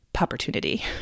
opportunity